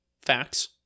Facts